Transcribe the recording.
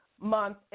month